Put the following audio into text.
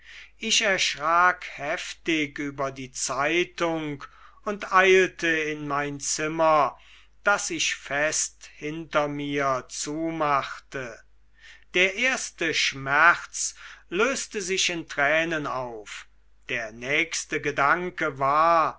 ich erschrak heftig über die zeitung und eilte in mein zimmer das ich fest hinter mir zumachte der erste schmerz löste sich in tränen auf der nächste gedanke war